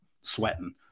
sweating